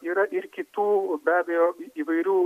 yra ir kitų be abejo į įvairių